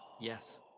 yes